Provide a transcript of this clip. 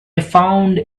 found